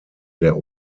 der